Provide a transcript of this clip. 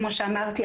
כמו שאמרתי,